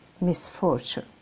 misfortune